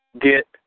get